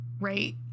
right